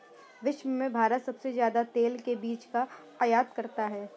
विश्व में भारत सबसे ज्यादा तेल के बीज का आयत करता है